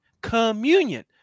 Communion